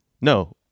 No